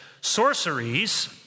sorceries